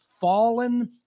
fallen